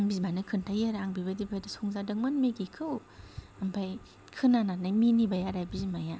आं बिमानो खोनथायो आरो आं बेबायदि बेबायदि संजादोंमोन मेगिखौ ओमफाय खोनानानै मिनिबाय आरो बिमाया